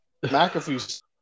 McAfee's